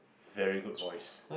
very good voice